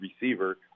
receiver